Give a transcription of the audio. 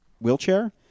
wheelchair